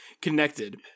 connected